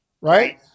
Right